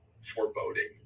foreboding